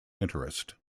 interest